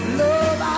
love